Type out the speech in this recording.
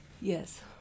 Yes